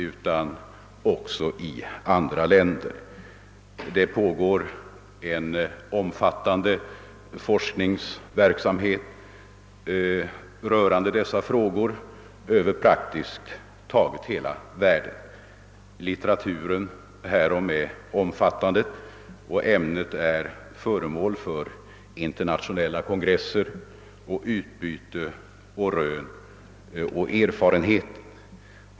Praktiskt taget i hela världen pågår en omfattande forskningsverksamhet på området. Litteraturen är riklig, och ämnet är föremål för internationella kongresser och utbyte av rön och erfarenheter.